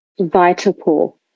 VitaPool